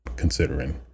Considering